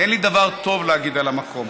אין לי דבר טוב להגיד על המקום,